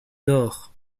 nord